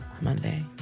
Monday